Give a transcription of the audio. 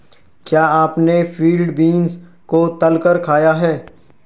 क्या आपने field beans को तलकर खाया है?